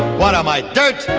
what am i, dirt?